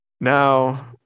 Now